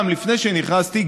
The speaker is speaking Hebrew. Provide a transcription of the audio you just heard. גם לפני שנכנסתי,